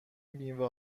میوه